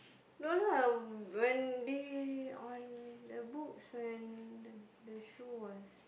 no no I when they on the books when the the show was